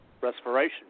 respiration